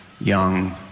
young